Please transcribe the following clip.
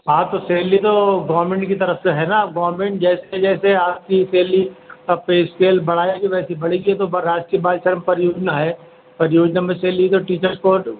ہاں تو سیلری تو گورنمنٹ کی طرف سے ہے نا گورنمنٹ جیسے جیسے آپ کی سیلری اب پے اسکیل بڑھائے گی کہ ویسی بڑھی گئی ہے تو ب راشٹریہ بال شرم پریوجنا ہے پریوجنا میں سیلری تو ٹیچرس کو